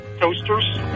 toasters